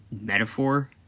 metaphor